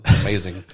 amazing